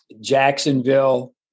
Jacksonville